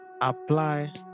apply